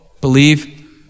believe